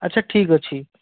ଆଚ୍ଛା ଠିକ୍ ଅଛି